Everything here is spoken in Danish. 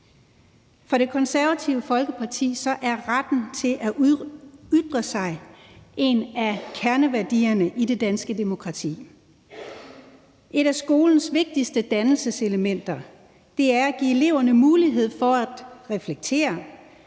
For Det Konservative Folkeparti er retten til at ytre sig en af kerneværdierne i det danske demokrati. Et af skolens vigtigste dannelseselementer er at give eleverne mulighed for at reflektere,